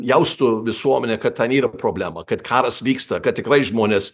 jaustų visuomenė kad ten yra problema kad karas vyksta kad tikrai žmonės